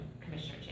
Commissioner